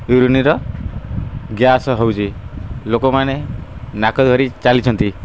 ୟୁରିନ୍ର gas ହେଉଛି ଲୋକମାନେ ନାକ ଧରି ଚାଲିଛନ୍ତି